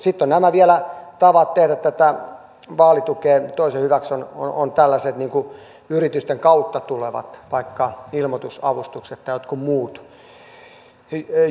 sitten on vielä näitä tapoja antaa vaalitukea toisen hyväksi tällaiset niin kuin vaikka yritysten kautta tulevat ilmoitusavustukset tai jokin muu julkisuustila